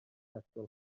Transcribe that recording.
tesco